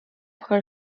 her